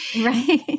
Right